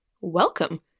welcome